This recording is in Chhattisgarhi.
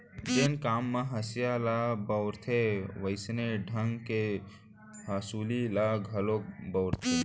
जेन काम म हँसिया ल बउरथे वोइसने ढंग ले हँसुली ल घलोक बउरथें